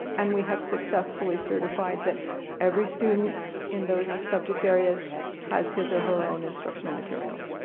and we have successfully certified that every student in those subject areas has his or her own instructional materials.